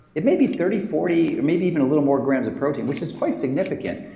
it may be thirty forty, or maybe even a little more grams of protein, which is quite significant.